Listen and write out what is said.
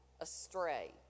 astray